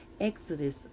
Exodus